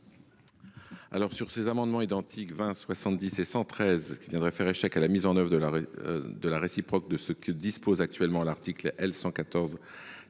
L’adoption des amendements identiques n 20, 70 et 113 viendrait faire échec à la mise en œuvre de la réciproque de ce que dispose actuellement l’article L.